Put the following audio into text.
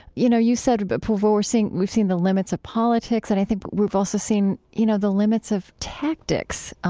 you know, you said but but that ah we're seeing, we've seen the limits of politics, and i think we've also seen, you know, the limits of tactics